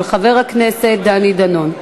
של חבר הכנסת דני דנון.